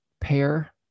pair